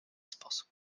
sposób